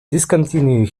discontinue